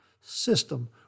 system